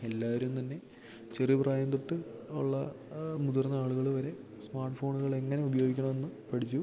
എല്ലാവരും തന്നെ ചെറിയ പ്രായം തൊട്ട് ഉള്ള മുതിർന്ന ആളുകൾ വരെ സ്മാട്ട് ഫോണുകൾ അങ്ങനെ ഉപയോഗിക്കണം എന്ന് പഠിച്ചു